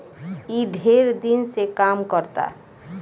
ई ढेर दिन से काम करता